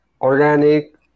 organic